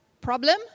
problem